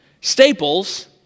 Staples